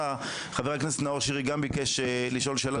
חבר הכנסת נאור שירי גם ביקש לשאול שאלה,